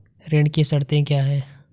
ऋण की शर्तें क्या हैं?